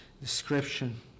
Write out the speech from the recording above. description